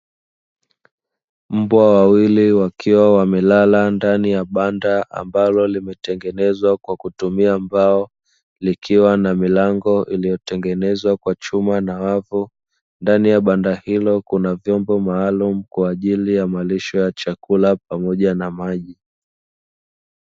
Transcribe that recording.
Mbwa wawili wakiwa wamelala ndani ya banda ambalo limetengenezwa kwa kutumia mbao, likiwa na milango iliyotengenezwa kwa chuma na wavu , ndani ya banda hilo kuna vyombo maalumu, kwa ajili ya malisho ya chakula pamoja na maji.